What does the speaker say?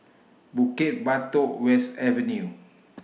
Bukit Batok West Avenue